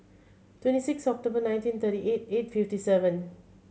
twenty six October nineteen thirty eight eight fifty seven